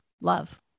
love